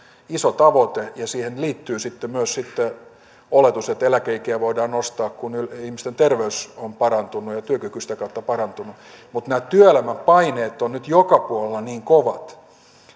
iso tavoite ja siihen on liittynyt sitten myös oletus että eläkeikiä voidaan nostaa kun ihmisten terveys on parantunut ja ja työkyky on sitä kautta parantunut niin nämä työelämän paineet ovat nyt joka puolella niin kovat